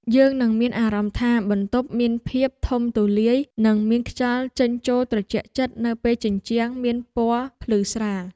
យើងនឹងមានអារម្មណ៍ថាបន្ទប់មានភាពធំទូលាយនិងមានខ្យល់ចេញចូលត្រជាក់ចិត្តនៅពេលជញ្ជាំងមានពណ៌ភ្លឺស្រាល។